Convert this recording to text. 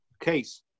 case